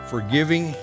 Forgiving